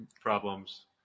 problems